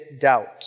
doubt